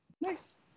Nice